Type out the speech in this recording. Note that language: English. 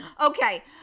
okay